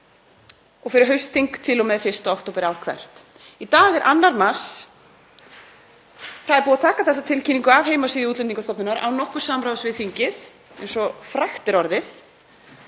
og fyrir haustþing til og með 1. október ár hvert.“ Í dag er 2. mars. Það er búið að taka þessa tilkynningu af heimasíðu Útlendingastofnunar án nokkurs samráðs við þingið, eins og frægt er orðið.